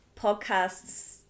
podcasts